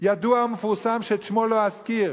ידוע ומפורסם שאת שמו לא אזכיר,